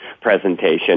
presentation